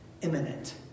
imminent